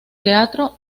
teatro